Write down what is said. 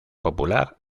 popular